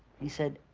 he said,